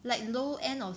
like low end of